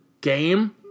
game